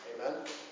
Amen